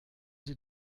sie